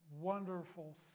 wonderful